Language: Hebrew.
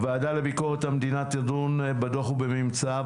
הוועדה לביקורת המדינה תדון בדוח ובממצאיו